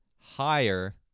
higher